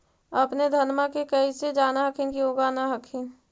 अपने धनमा के कैसे जान हखिन की उगा न हखिन?